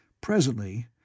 Presently